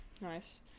Nice